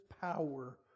power